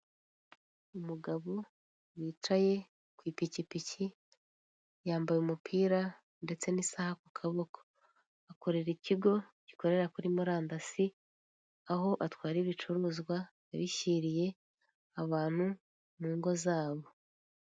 Umugabo wicaye ku ipikipiki, yambaye umupira ndetse n'isaha ku kaboko akorera ikigo gikorera kuri murandasi, aho atwara ibicuruzwa abishyiriye abantu mu ngo zabo.